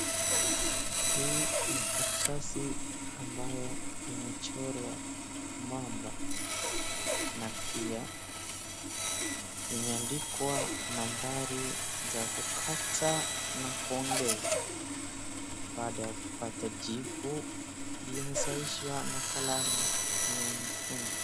Hii ni karatasi ambayo imechorwa mamba na pia imeandikwa nambari za kukata na kuongeza baada ya kupata jibu imesahihishwa na kalamu ya nyekundu.